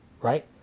right